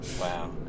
Wow